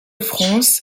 france